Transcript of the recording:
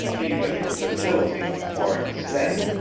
either in fertility or extent.